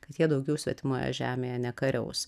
kad jie daugiau svetimoje žemėje nekariaus